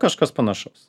kažkas panašaus